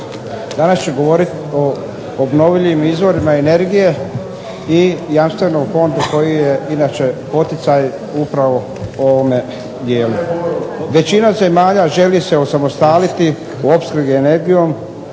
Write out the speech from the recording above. Danas ću govoriti o obnovljivim izvorima energije i Jamstvenom fondu koji je inače poticaj upravo ovome dijelu. Većina zemalja želi se osamostaliti u opskrbi energijom,